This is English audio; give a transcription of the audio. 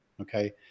okay